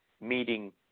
meeting